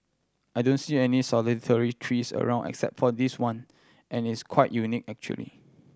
I don't see any solitary trees around except for this one and it's quite unique actually